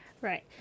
right